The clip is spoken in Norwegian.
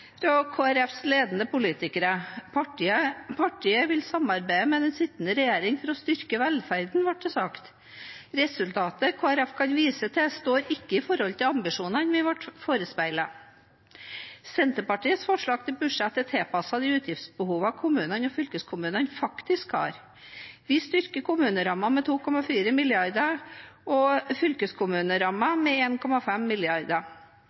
fra Kristelig Folkepartis ledende politikere. Partiet vil samarbeide med den sittende regjering for å styrke velferden, ble det sagt. Resultatet Kristelig Folkeparti kan vise til, står ikke i forhold til ambisjonene vi ble forespeilet. Senterpartiets forslag til budsjett er tilpasset de utgiftsbehovene kommunene og fylkeskommunene har. Vi styrker kommunerammen med 2,4 mrd. kr og